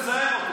תודה רבה.